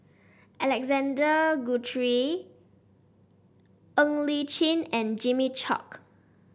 Alexander Guthrie Ng Li Chin and Jimmy Chok